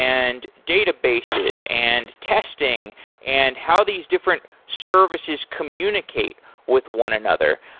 and databases, and testing and how these different services communicate with one another.